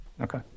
Okay